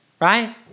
right